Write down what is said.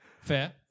fair